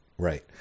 Right